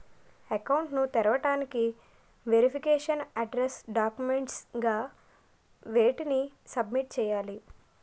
Account ను తెరవటానికి verification address documents గా వేటిని సబ్మిట్ చేయాలి?